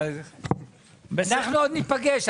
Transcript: אנחנו עוד ניפגש.